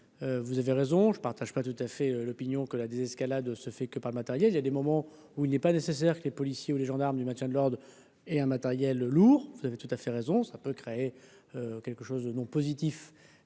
vous avez raison, je ne partage pas tout à fait l'opinion que la désescalade se fait que par le matériel, il y a des moments où il n'est pas nécessaire que les policiers ou les gendarmes du maintien de l'ordre et un matériel lourd, vous avez tout à fait raison ça peut créer quelque chose, non positif